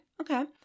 Okay